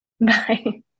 Bye